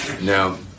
Now